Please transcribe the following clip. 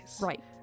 Right